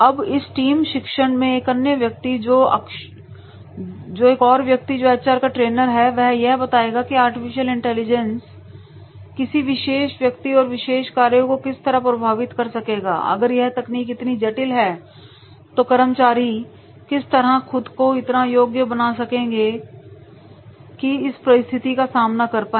अब इस टीम शिक्षण में एक अन्य व्यक्ति जो अक्षर से है एक और व्यक्ति जो एच आर का ट्रेनर है वह यह बताएगा कि आर्टिफिशियल इंटेलिजेंस किसी विशेष व्यक्ति और विशेष कार्य को किस तरह प्रभावित कर सकेगा अगर यह तकनीक इतनी जटिल है तो कर्मचारी किस तरह खुद को इतना योग्य बना सकेंगे किसे इस परिस्थिति का सामना कर पाए